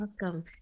welcome